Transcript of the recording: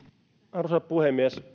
arvoisa puhemies